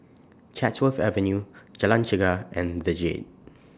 Chatsworth Avenue Jalan Chegar and The Jade